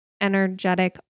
energetic